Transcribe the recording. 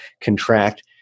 contract